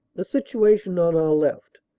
the situation on our left,